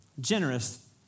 generous